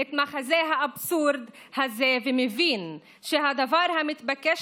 את מחזה האבסורד הזה ומבין שהדבר המתבקש